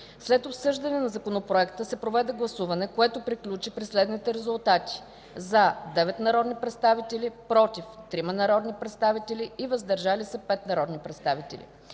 След обсъждане на законопроекта се проведе гласуване, което приключи при следните резултати: „за” – 9 народни представители, „против” – 3 народни представители и „въздържали се” – 5 народни представители.